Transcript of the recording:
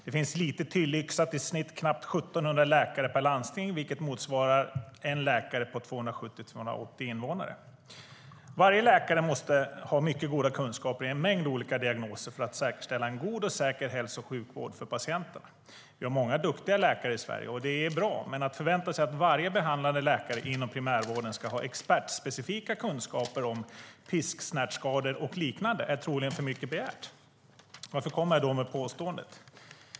Det finns lite tillyxat i snitt knappt 1 700 läkare per landsting, vilket motsvarar en läkare på 270-280 invånare. Varje läkare måste ha mycket goda kunskaper i en mängd olika diagnoser för att säkerställa en god och säker hälso och sjukvård för patienterna. Vi har många duktiga läkare i Sverige, och det är bra. Men att förvänta sig att varje behandlande läkare inom primärvården ska ha expertspecifika kunskaper om pisksnärtskador och liknande är troligen för mycket begärt. Varför kommer jag då med det påståendet?